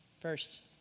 First